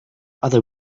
other